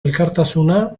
elkartasuna